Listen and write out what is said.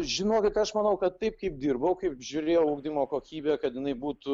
žinokit aš manau kad taip kaip dirbau kaip žiūrėjau ugdymo kokybė kad jinai būtų